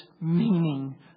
meaning